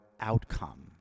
outcome